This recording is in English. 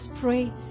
pray